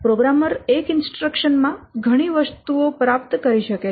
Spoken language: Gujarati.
પ્રોગ્રામર એક ઈન્સ્ટ્રક્શન માં ઘણી વસ્તુઓ પ્રાપ્ત થઈ શકે છે